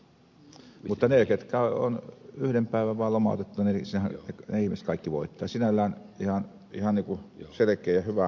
mutta ne kaikki ihmiset ketkä ovat yhden päivän vaan lomautettuina voittavat sinällään ihan selkeä hyvä ajatus